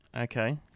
Okay